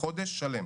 חודש שלם.